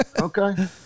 Okay